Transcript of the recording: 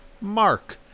Mark